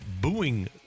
booing